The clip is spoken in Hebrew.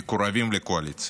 המקורבים לקואליציה.